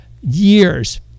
years